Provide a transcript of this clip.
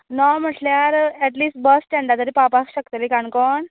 णव म्हटल्यार at least bus स्टेंडार तरी पावपाक शकतलीं काणकोण